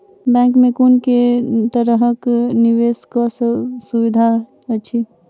Bank मे कुन केँ तरहक निवेश कऽ सुविधा अछि?